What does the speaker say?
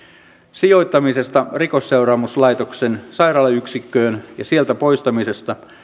sijoittamisesta rikosseuraamuslaitoksen sairaalayksikköön ja sieltä poistamisesta